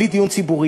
בלי דיון ציבורי,